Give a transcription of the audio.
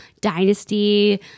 Dynasty